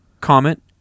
comment